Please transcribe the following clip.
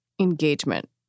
engagement